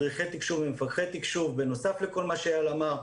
מדריכי תקשוב ומפקחי תקשוב בנוסף לכל מה שאיל אמר,